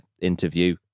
interview